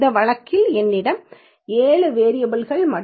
இந்த வழக்கில் எங்களிடம் 7 வேரியபல் கள் மற்றும் 91 உள்ளீடுகள் உள்ளன